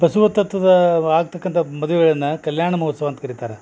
ಬಸವ ತತ್ವದ ಆಗ್ತಕ್ಕಂಥ ಮದುವೆಗಳನ್ನ ಕಲ್ಯಾಣ ಮಹೋತ್ಸವ ಅಂತ ಕರಿತಾರ